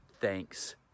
thanks